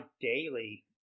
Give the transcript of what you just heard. daily